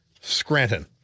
Scranton